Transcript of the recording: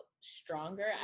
stronger